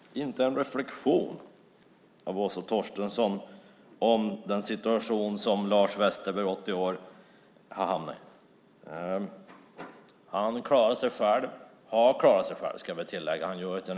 Fru talman! Inte en reflexion av Åsa Torstensson om den situation som Lars Westerberg, 80 år, har hamnat i. Han har klarat sig själv, han gör det inte längre.